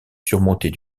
surmontée